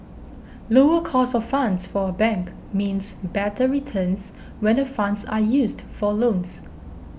lower cost of funds for a bank means better returns when the funds are used for loans